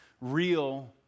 real